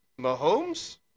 Mahomes